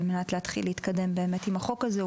על מנת להתחיל להתקדם באמת עם החוק הזה,